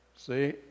See